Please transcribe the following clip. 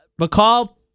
McCall